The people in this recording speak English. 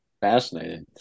Fascinating